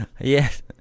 yes